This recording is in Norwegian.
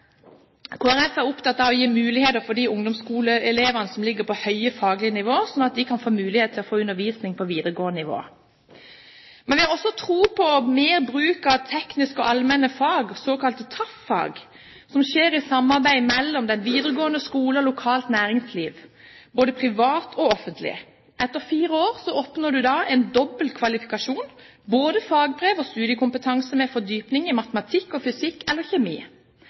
er opptatt av å gi muligheter til de ungdomsskoleelevene som ligger på høye faglige nivåer, slik at de kan få mulighet til å få undervisning på videregående nivå. Vi har også tro på mer bruk av tekniske og allmenne fag, såkalte TAF-fag, som skjer i samarbeid mellom videregående skole og lokalt næringsliv, både privat og offentlig. Etter fire år oppnår man en dobbel kvalifikasjon, både fagbrev og studiekompetanse, med fordypning i matematikk og fysikk eller kjemi.